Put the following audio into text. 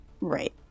Right